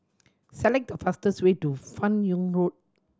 select the fastest way to Fan Yoong Road